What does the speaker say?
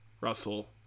Russell